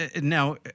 now